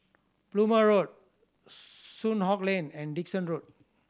Plumer Road Soon Hock Lane and Dickson Road